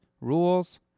Rules